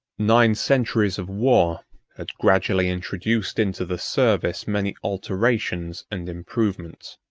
nine centuries of war had gradually introduced into the service many alterations and improvements.